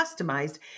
customized